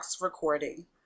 recording